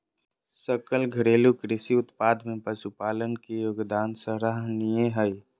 सकल घरेलू कृषि उत्पाद में पशुपालन के योगदान सराहनीय हइ